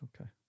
Okay